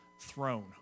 throne